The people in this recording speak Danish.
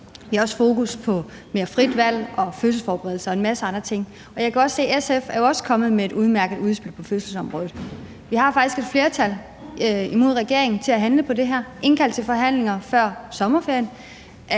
Vi har også fokus på mere frit valg, fødselsforberedelse og en masse andre ting. Jeg kan se, at SF jo også er kommet med et udmærket udspil på fødselsområdet. Vi har faktisk et flertal imod regeringen til at handle på det her og indkalde til forhandlinger før sommerferien.